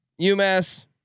UMass